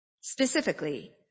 Specifically